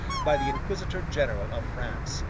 by the inquisitor-general of france,